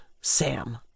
sam